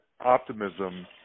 optimism